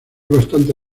bastante